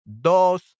Dos